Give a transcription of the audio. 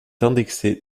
indexé